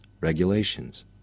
regulations